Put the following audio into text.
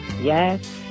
Yes